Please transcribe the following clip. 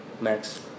Next